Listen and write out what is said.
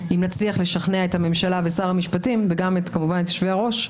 אם נצליח לשכנע את הממשלה ואת שר המשפטים וגם כמובן את יושבי הראש,